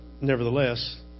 nevertheless